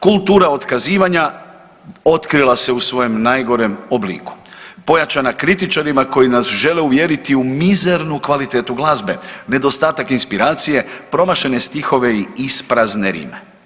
Kultura otkazivanja otkrila se u svojem najgorem obliku pojačana kritičarima koji nas žele uvjeriti u mizernu kvalitetu glazbe, nedostatak inspiracije, promašene stihove i isprazne rime.